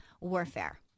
warfare